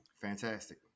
Fantastic